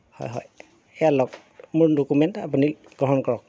হয় হয় এইয়া লওক মোৰ ডকুমেণ্ট আপুনি গ্ৰহণ কৰক